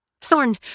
Thorn